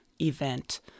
event